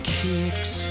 kicks